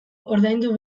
ordaindu